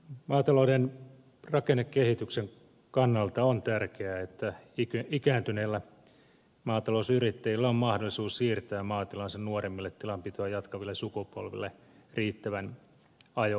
maatalouden rakennekehityksen kannalta on tärkeää että ikääntyneillä maatalousyrittäjillä on mahdollisuus siirtää maatilansa nuoremmille tilanpitoa jatkaville sukupolville riittävän ajoissa